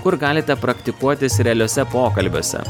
kur galite praktikuotis realiuose pokalbiuose